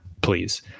please